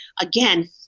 again